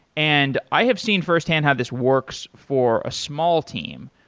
and i have seen firsthand how this works for a small team.